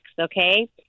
okay